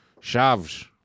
Chaves